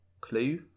Clue